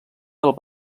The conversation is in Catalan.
del